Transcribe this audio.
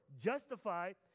justified